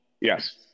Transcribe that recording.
Yes